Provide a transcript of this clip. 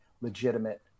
legitimate